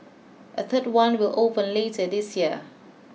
a third one will open later this year